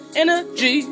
energy